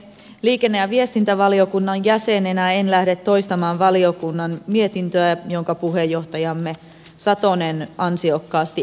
liikenne ja viestintävaliokunnan jäsenenä en lähde toistamaan valiokunnan mietintöä jonka puheenjohtajamme satonen ansiokkaasti esitteli